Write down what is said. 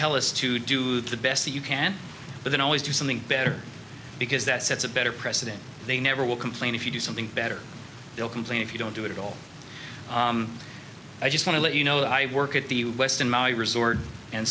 tell us to do the best you can but they always do something better because that sets a better president they never will complain if you do something better they'll complain if you don't do it at all i just want to let you know i work at the westin my resort and